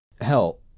hell